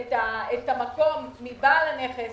את המקום מבעל הנכס,